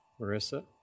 Marissa